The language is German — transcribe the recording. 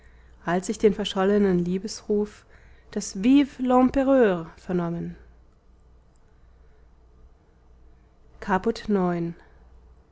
als ich den verschollenen liebesruf das vive l'empereur vernommen caput